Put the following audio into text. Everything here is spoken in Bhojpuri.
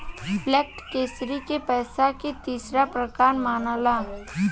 फ्लैट करेंसी के पइसा के तीसरा प्रकार मनाला